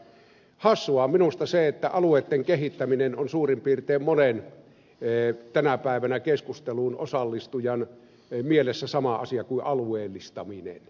hassua on minusta se että alueitten kehittäminen on suurin piirtein monen tänä päivänä keskusteluun osallistujan mielessä sama asia kuin alueellistaminen